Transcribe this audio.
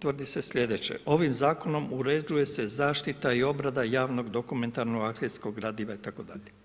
tvrdi se slijedeće, ovim zakonom uređuje se zaštita i obrada javnog dokumentarnog arhivsko gradiva itd.